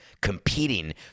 competing